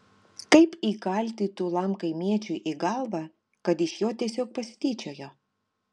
kaip įkalti tūlam kaimiečiui į galvą kad iš jo tiesiog pasityčiojo